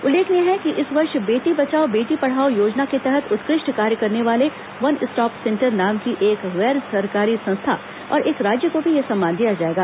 उल्लेखनीय है कि इस वर्ष बेटी बचाओ बेटी पढ़ाओ योजना के तहत उत्कृष्ट कार्य करने वाले वन स्टॉप सेंटर नाम की एक गैर सरकारी संस्था और एक राज्य को भी यह सम्मान दिया जाएगा